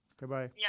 Goodbye